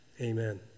Amen